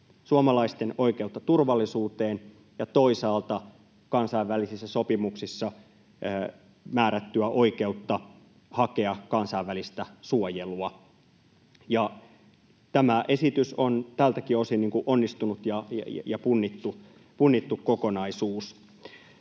suomalaisten oikeutta turvallisuuteen ja toisaalta kansainvälisissä sopimuksissa määrättyä oikeutta hakea kansainvälistä suojelua. Tämä esitys on tältäkin osin onnistunut ja punnittu kokonaisuus.